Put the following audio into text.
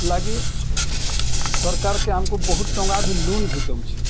ଲାଗି ସରକାର୍ କେ ଆମକୁ ବହୁତ୍ ଟଙ୍କା ଭି ଲୁନ୍ ଭି ଦଉଛେ